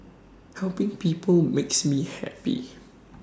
helping people makes me happy